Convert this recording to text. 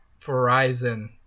Verizon